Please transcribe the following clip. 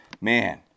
man